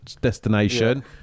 destination